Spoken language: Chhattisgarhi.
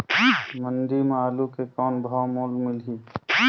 मंडी म आलू के कौन भाव मोल मिलही?